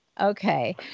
Okay